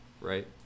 right